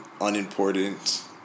unimportant